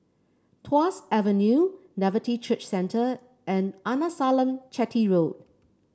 Tuas Avenue Nativity Church Centre and Arnasalam Chetty Road